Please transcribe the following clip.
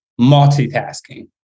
multitasking